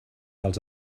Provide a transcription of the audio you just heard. dels